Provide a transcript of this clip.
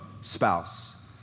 spouse